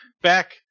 back